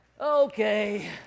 Okay